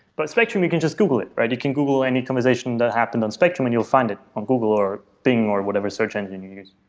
but spectrum, you can just google it. and you can google any conversation that happen on spectrum and you'll find it on google, or bing, or whatever search engine you use.